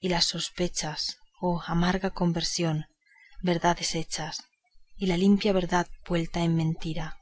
y las sospechas oh amarga conversión verdades hechas y la limpia verdad vuelta en mentira